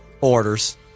Orders